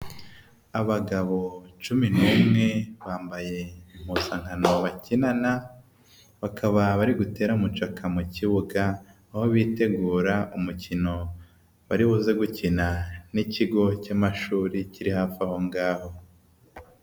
Abagabo cumi n'umwe bambaye impuzankano bakinana bakaba bari gutera mucaka mu kibuga aho bitegura umukino bari buze gukina n'ikigo cy'amashuri kiri hafi aho ngaho.